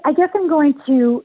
i guess i'm going to